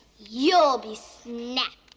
you'll be snapped